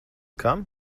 kam